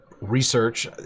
research